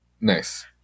Nice